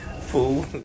Fool